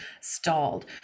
stalled